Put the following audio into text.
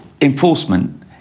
enforcement